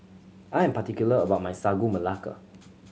I am particular about my Sagu Melaka